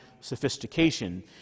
sophistication